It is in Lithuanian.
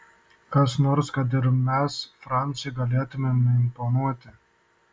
kas nors kad ir mes francui galėtumėme imponuoti